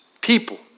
people